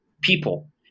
people